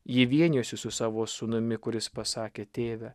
ji vienijosi su savo sūnumi kuris pasakė tėve